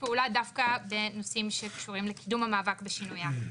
פעולה דווקא בנושאים שקשורים לקידום המאבק בשינויי האקלים.